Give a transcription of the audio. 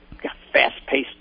Fast-paced